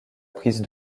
prise